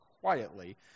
quietly